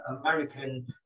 American